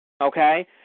Okay